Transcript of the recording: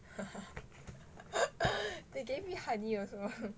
they gave me honey also